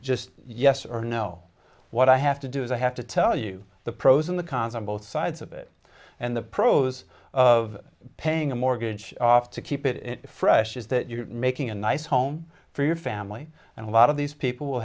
just yes or no what i have to do is i have to tell you the pros and the cons on both sides of it and the pros of paying a mortgage off to keep it fresh is that you're making a nice home for your family and a lot of these people will